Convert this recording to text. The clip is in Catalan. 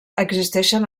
existeixen